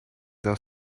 their